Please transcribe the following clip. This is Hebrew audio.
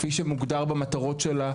כפי שמוגדר במטרותיה,